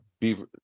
beaver